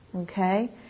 Okay